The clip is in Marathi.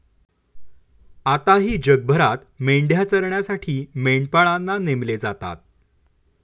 आताही जगभरात मेंढ्या चरण्यासाठी मेंढपाळांना नेमले जातात